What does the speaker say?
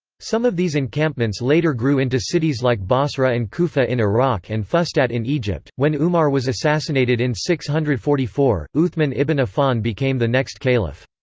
some of these encampments later grew into cities like basra and kufa in iraq and fustat in egypt when umar was assassinated in six hundred and forty four, uthman ibn affan became the next caliph.